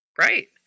Right